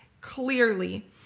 clearly